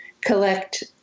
collect